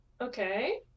Okay